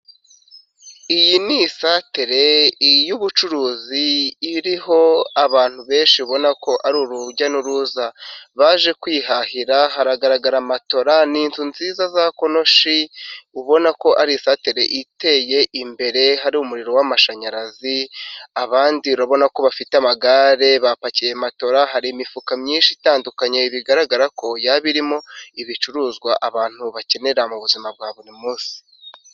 Iyi n'isantere y'ubucuruzi iriho abantu benshi ubona ko ari urujya n'uruza baje kwihahira, haragaragara matora, n'inzu nziza za konoshi ubona ko ari isantere iteye imbere hari umuriro w'amashanyarazi, abandi urabona ko bafite amagare bapakiye matora, hari imifuka myinshi itandukanye bigaragara ko yaba irimo ibicuruzwa abantu bakenera mu buzima bwa buri munsi.